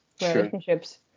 relationships